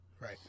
Right